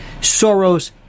soros